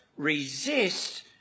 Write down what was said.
resist